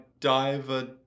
Diver